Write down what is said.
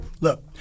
Look